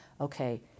okay